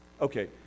Okay